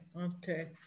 Okay